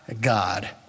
God